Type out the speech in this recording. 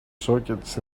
sockets